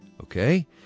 Okay